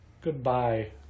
Goodbye